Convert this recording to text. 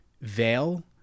veil